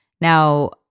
Now